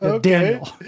Daniel